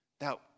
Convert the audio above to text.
Now